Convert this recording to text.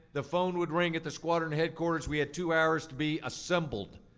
the phone would ring at the squadron headquarters, we had two hours to be assembled,